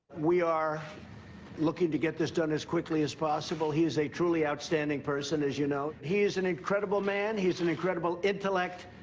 we are looking to get this done as quickly as possible. he is a truly outstanding person, as you know. he is an incredible man. he's an incredible intellect.